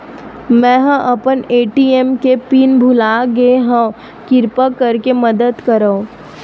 मेंहा अपन ए.टी.एम के पिन भुला गए हव, किरपा करके मदद करव